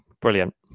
brilliant